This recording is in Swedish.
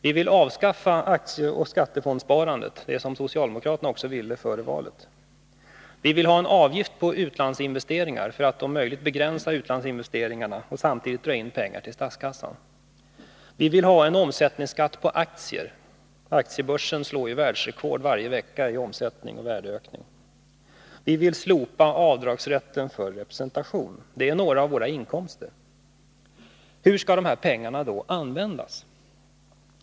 Vi vill avskaffa aktieoch skattefondssparandet — något som socialdemokraterna också ville före valet. Vi vill ha en avgift på utlandsinvesteringar för att om möjligt begränsa dem och samtidigt dra in pengar till statskassan. Vi vill ha en omsättningsskatt på aktier. Aktiebörsen slår ju världsrekord varje vecka i omsättning och värdeökning. Vi vill slopa rätten till avdrag för representation. Detta är några av våra förslag till inkomster. Hur skall de här pengarna användas?